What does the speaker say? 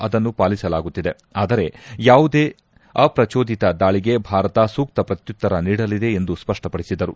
ಅದನ್ನು ಪಾಲಿಸಲಾಗುತ್ತಿದೆ ಆದರೆ ಯಾವುದೇ ಅಪ್ರಚೋದಿತ ದಾಳಿಗೆ ಭಾರತ ಸೂಕ್ತ ಪ್ರತ್ಯುತ್ತರ ನೀಡಲಿದೆ ಎಂದು ಸ್ಪಷ್ಟಪಡಿಸಿದರು